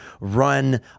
run